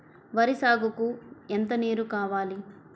వరి సాగుకు ఎంత నీరు కావాలి?